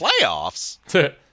Playoffs